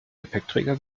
gepäckträger